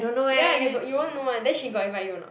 ya you but you won't know [one] then she got invite you or not